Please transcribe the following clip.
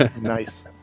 Nice